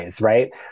right